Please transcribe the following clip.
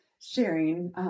Sharing